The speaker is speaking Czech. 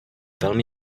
velmi